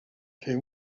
fer